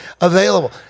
available